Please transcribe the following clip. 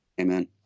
amen